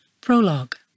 Prologue